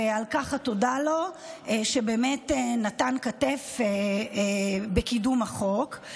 ועל כך התודה לו שבאמת נתן כתף בקידום החוק.